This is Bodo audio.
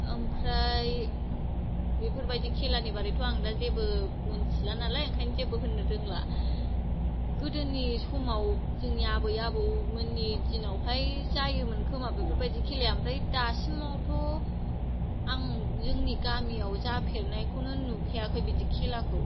आमफ्राय बेफोरबादि खेलानि बादैथ आं दा जेबो मोनथिला नालाय आंखायनो जेबो होन्नो रोंला गोदोनि समाव जोंनि आबै आबौमोननि दिनावहाय जायोमोन खोमा बेफोरबायदि खोलाया ओमफ्राय दासिमआवथ आं जोंनि गामियाव जाफेरनायखौनो नुखायाखै बिदि खेलाखौ